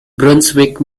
brunswick